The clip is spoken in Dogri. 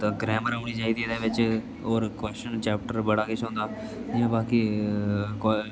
तां ग्रैमर औनी चाहिदी एह्दे बिच्च होर कोच्शन चैप्टर बड़ा किश औंदा जियां बाकी